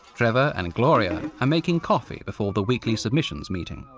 trevor and gloria are making coffee before the weekly submissions meeting.